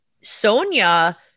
Sonia